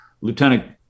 lieutenant